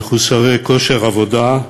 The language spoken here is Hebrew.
מחוסרי כושר עבודה,